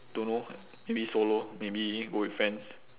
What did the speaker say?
don't know maybe solo maybe go with friends